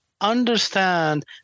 understand